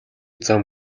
зам